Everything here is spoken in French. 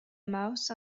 mouse